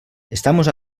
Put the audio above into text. estamos